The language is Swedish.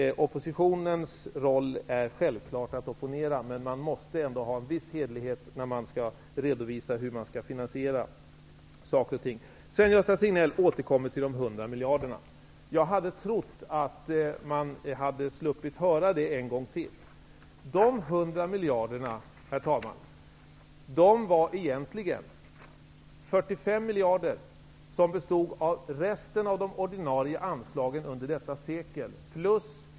Oppositionens roll är naturligtvis att opponera, men man måste ändå ha viss hederlighet när man redovisar hur man skall finansiera saker och ting. Sven-Gösta Signell återkommer till de 100 miljarderna. Jag hade trott att jag skulle slippa höra det en gång till. Då vill jag anföra följande om dessa 100 miljarder. 45 miljarder består egentligen av resten av de ordinarie anslagen under detta sekel.